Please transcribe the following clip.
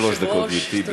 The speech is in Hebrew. שלוש דקות, גברתי, בבקשה.